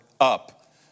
up